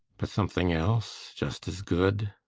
but something else just as good?